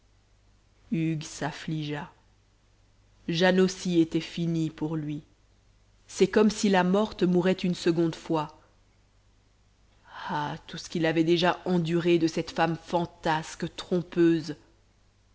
hugues s'affligea jane aussi était finie pour lui c'est comme si la morte mourait une seconde fois ah tout ce qu'il avait déjà enduré de cette femme fantasque trompeuse